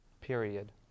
Period